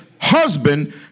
husband